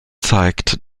zeigt